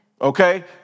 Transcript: Okay